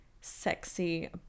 sexy